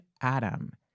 Adam